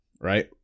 right